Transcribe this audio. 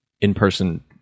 in-person